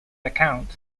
account